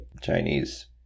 Chinese